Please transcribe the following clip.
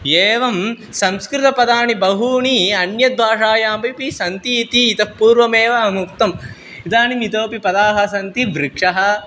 येवं संस्कृतपदानि बहूनि अन्यद्भाषायामपि सन्ति इति इतःपूर्वमेव अहमुक्तम् इदानीम् इतोपि पदानि सन्ति वृक्षः